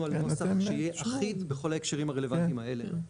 על נוסח שיהיה אחיד בכל ההקשרים הרלוונטים האלה,